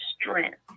strength